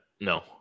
No